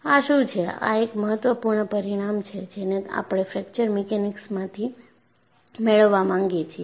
આ શું છે આ એક મહત્વપૂર્ણ પરિણામ છે જેને આપણે ફ્રેકચર મિકેનિક્સમાંથી મેળવવા માંગીએ છીએ